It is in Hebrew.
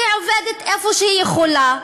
עובדת איפה שהיא יכולה.